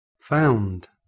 found